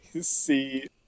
see